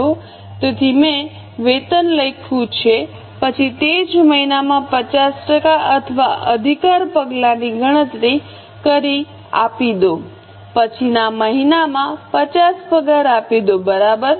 તેથી મેં વેતન લખ્યું છે પછી તે જ મહિનામાં 50 ટકા અથવા અધિકાર પગારની ગણતરી કરી આપી દો પછીના મહિનામાં 50 પગાર આપી દો બરાબર